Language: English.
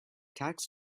tax